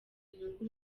inyungu